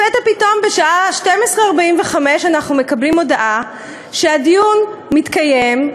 לפתע פתאום בשעה 12:45 אנחנו מקבלים הודעה שהדיון מתקיים,